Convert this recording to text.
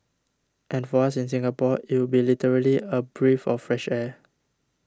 and for us in Singapore it would be literally a breath of fresh air